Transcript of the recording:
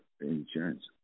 insurance